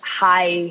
high